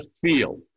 feel